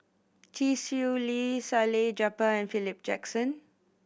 Chee Swee Lee Salleh Japar and Philip Jackson